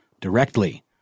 directly